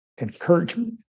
encouragement